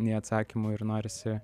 nei atsakymų ir norisi